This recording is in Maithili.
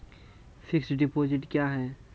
फिक्स्ड डिपोजिट क्या हैं?